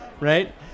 Right